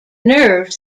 nerves